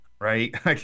right